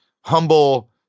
humble